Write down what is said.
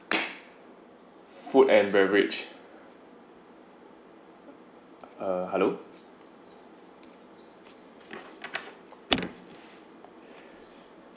food and beverage uh halo